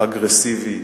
אגרסיבי,